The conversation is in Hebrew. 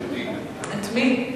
את ליצמן,